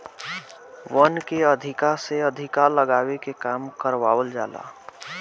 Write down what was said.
वन के अधिका से अधिका लगावे के काम करवावल जाला